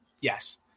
Yes